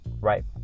right